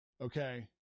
okay